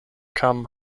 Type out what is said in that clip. kam